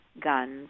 guns